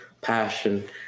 passion